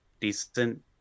decent